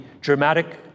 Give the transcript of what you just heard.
dramatic